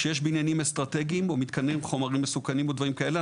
כשיש בניינים אסטרטגיים או מתקנים עם חומרים מסוכנים או דברים כאלה,